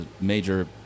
major